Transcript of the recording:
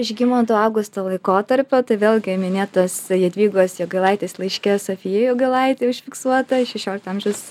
žygimanto augusto laikotarpio tai vėlgi minėtas jadvygos jogailaitės laiške sofijai jogailaitei užfiksuota šešiolikto amžiaus